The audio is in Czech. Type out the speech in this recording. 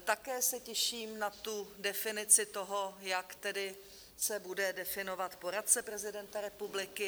Také se těším na definici toho, jak se bude definovat poradce prezidenta republiky.